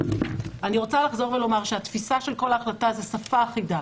אני רוצה לחזור ולומר שהתפיסה של כל ההחלטה היא שפה אחידה,